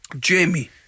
Jamie